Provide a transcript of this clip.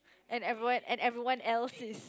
and everyone and everyone else is